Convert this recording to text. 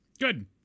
Good